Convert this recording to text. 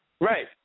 Right